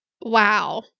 Wow